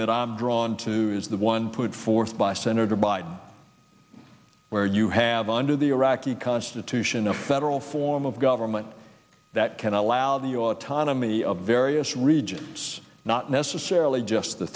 that i'm drawn to is the one put forth by senator biden where you have under the iraqi constitution a federal form of government that can allow the autonomy of various regions it's not necessarily just the